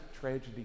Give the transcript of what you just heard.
tragedy